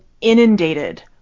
inundated